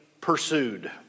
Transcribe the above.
pursued